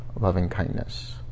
loving-kindness